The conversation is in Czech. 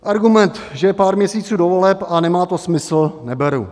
Argument, že je pár měsíců do voleb a nemá to smysl, neberu.